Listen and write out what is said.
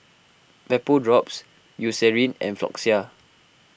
Vapodrops Eucerin and Floxia